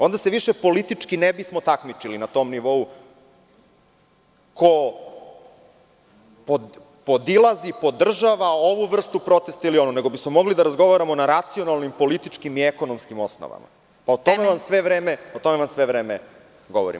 Onda se više politički ne bi smo takmičili na tom nivou ko podilazi, podržava ovu vrstu protesta, nego bi smo mogli da razgovaramo na racionalnim, političkim i ekonomskim osnovama, o tome vam sve vreme govorim.